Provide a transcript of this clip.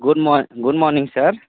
good good morning sir